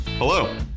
Hello